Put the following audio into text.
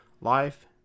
Life